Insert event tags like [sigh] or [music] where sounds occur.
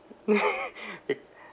[laughs]